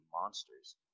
monsters